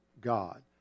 God